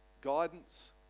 guidance